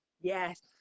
Yes